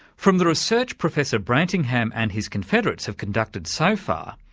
from the research professor brantingham and his confederates have conducted so far,